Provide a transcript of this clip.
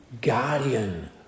guardian